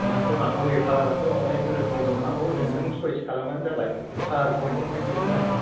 नोंहासो माखौ होयो कालाराथ' अनेक रोखोमनि दं माखौ होनो नों चइस खालामबानो जाबाय खालारखौ आं देखाय जोबगोन आरो